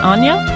Anya